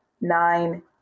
nine